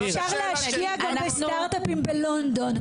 אפשר להשקיע גם בסטארט-אפים בלונדון,